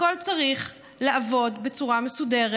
הכול צריך לעבוד בצורה מסודרת.